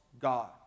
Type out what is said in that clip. God